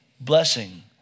Blessing